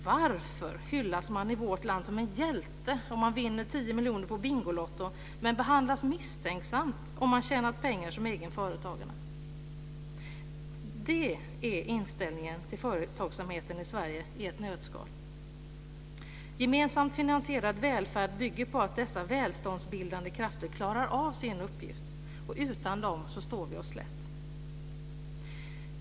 Varför hyllas man i vårt land som en hjälte, om man vinner 10 miljoner på Bingolotto, men behandlas misstänksamt om man tjänat pengar som egen företagare? Det är inställningen till företagsamheten i Sverige i ett nötskal. Gemensamt finansierad välfärd bygger på att de välståndsbildande krafterna klarar sin uppgift. Utan dem står vi oss slätt.